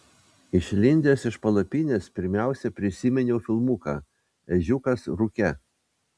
išlindęs iš palapinės pirmiausia prisiminiau filmuką ežiukas rūke